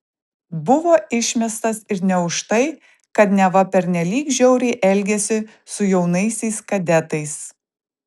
buvo išmestas ir ne už tai kad neva pernelyg žiauriai elgėsi su jaunaisiais kadetais